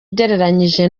ugereranyije